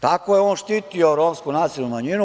Tako je on štitio romsku nacionalnu manjinu.